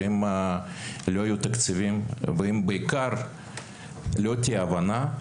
ואם לא יהיו תקציבים, ואם בעיקר לא תהיה הבנה,